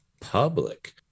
public